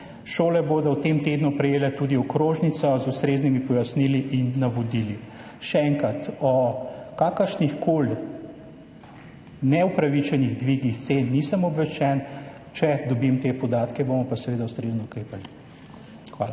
Šole bodo v tem tednu prejele tudi okrožnico z ustreznimi pojasnili in navodili. Še enkrat, o kakršnihkoli neupravičenih dvigih cen nisem obveščen, če dobim te podatke, bomo pa seveda ustrezno ukrepali. Hvala.